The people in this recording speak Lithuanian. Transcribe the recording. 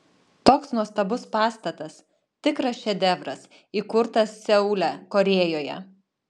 toks nuostabus pastatas tikras šedevras įkurtas seule korėjoje